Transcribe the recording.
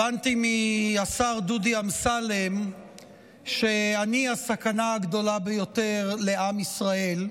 הבנתי מהשר דודי אמסלם שאני הסכנה הגדולה ביותר לעם ישראל,